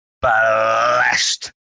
blessed